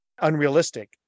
unrealistic